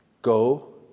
Go